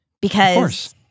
Because-